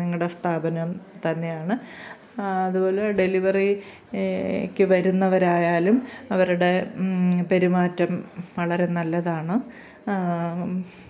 നിങ്ങളുടെ സ്ഥാപനം തന്നെയാണ് അതുപോലെ ഡെലിവറി ക്ക് വരുന്നവരായാലും അവരുടെ പെരുമാറ്റം വളരെ നല്ലതാണ്